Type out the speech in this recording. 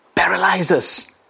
paralyzes